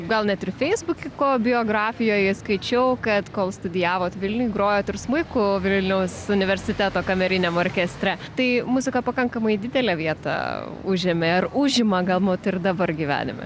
gal net ir feisbukiko biografijoje skaičiau kad kol studijavot vilniuje grojot ir smuiku vilniaus universiteto kameriniam orkestre tai muzika pakankamai didelę vietą užėmė ar užima galbūt ir dabar gyvenime